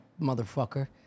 motherfucker